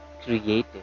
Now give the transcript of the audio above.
creative